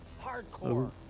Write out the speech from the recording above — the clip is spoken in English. Hardcore